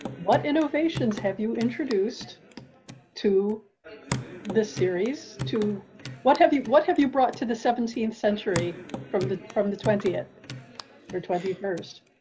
what innovations have you introduced to this series to what have you, what have you brought to the seventeenth century from the, from the twentieth or twenty first